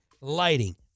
lighting